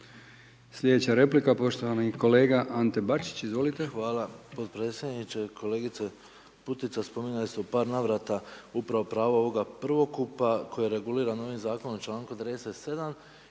Slijedeća replika poštovani kolega Ante Bačić, izvolite. **Bačić, Ante (HDZ)** Hvala potpredsjedniče. Kolegice Putica, spominjali ste u par navrata upravo pravo ovoga prvokupa koji je reguliran ovim zakonom u članku 37.